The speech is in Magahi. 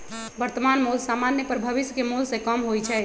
वर्तमान मोल समान्य पर भविष्य के मोल से कम होइ छइ